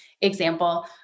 example